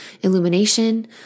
illumination